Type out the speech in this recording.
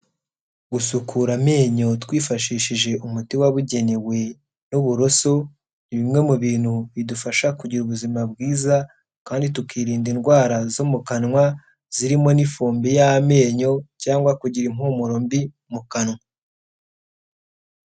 Gusukura amenyo twifashishije umuti wabugenewe n'uburoso, ni bimwe mu bintu bidufasha kugira ubuzima bwiza kandi tukirinda indwara zo mu kanwa, zirimo n'ifumbi y'amenyo cyangwa kugira impumuro mbi mu kanwa.